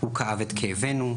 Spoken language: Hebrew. הוא כאב את כאבינו,